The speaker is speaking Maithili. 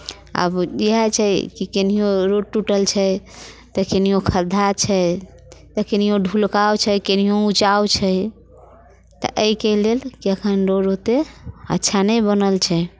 आब इएह छै कि केन्हियो रोड टूटल छै तऽ केनियो खद्धा छै तऽ केनियो ढुलकाव छै केनियो उँचाव छै तऽ एहिके लेल केहन रोड होतै अच्छा नहि बनल छै